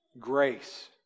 Grace